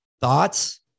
thoughts